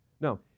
No